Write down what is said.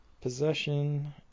possession